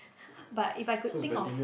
but if I could think of